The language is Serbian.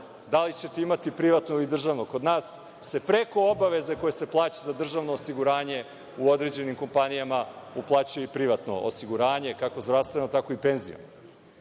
da li ćete imati privatno ili državno. Kod nas se preko obaveze koja se plaća za državno osiguranje u određenim kompanijama uplaćuje i privatno osiguranje, kako zdravstveno, tako i penziono. Sve